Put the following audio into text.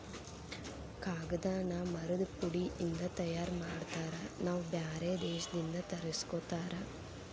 ಕಾಗದಾನ ಮರದ ಪುಡಿ ಇಂದ ತಯಾರ ಮಾಡ್ತಾರ ನಾವ ಬ್ಯಾರೆ ದೇಶದಿಂದ ತರಸ್ಕೊತಾರ